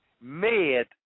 Med